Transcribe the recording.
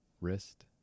wrist